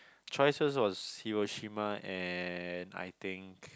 choice first was Hiroshima and I think